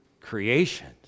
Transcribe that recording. creations